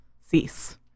cease